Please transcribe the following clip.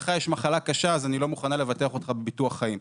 לך יש מחלה קשה אז אני לא מוכנה לבטח אותך בביטוח חיים,